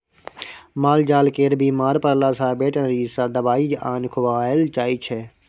मालजाल केर बीमार परला सँ बेटनरी सँ दबाइ आनि खुआएल जाइ छै